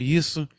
isso